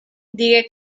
digué